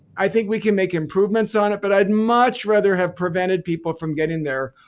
i think we can make improvements on it but i'd much rather have prevented people from getting there,